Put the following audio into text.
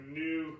new